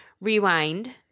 rewind